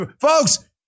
folks